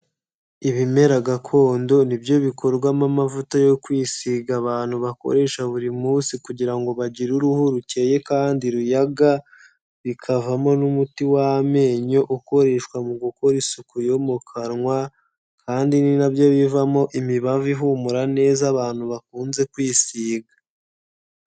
Ibimera gakondo nibyo bikorwamo amavuta yo kwisiga abantu bakoresha buri munsi kugira ngo bagire uruhu rukeye kandi ruyaga, bikavamo n'umuti w'amenyo ukoreshwa mu gukora isuku yo mu kanwa, kandi ni nabyo bivamo imibavu ihumura neza abantu bakunze kwisiga.